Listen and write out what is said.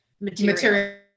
material